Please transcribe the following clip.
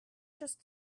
just